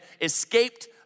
escaped